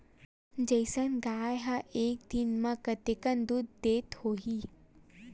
Jersey गाय ह एक दिन म कतेकन दूध देत होही?